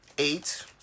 eight